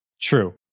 True